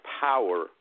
power